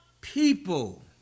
people